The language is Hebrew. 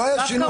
לא היה שינוי.